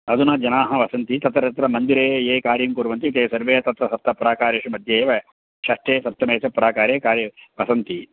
अधुना जनाः वसन्ति तत्र तत्र मन्दिरे ये कार्यं कुर्वन्ति ते सर्वे तत्र सप्त प्राकारेषु मध्ये एव षष्ठे सप्तमे च प्राकारे कार्ये वसन्ति